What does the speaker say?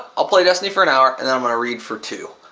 i'll play destiny for an hour and then i'm going to read for two.